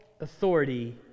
authority